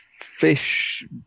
fish